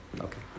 Okay